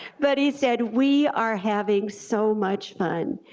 but he said we are having so much fun,